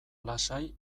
lasai